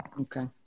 Okay